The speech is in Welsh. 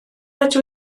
ydw